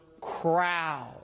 crowd